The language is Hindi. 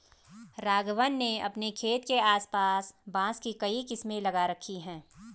राघवन ने अपने खेत के आस पास बांस की कई किस्में लगा रखी हैं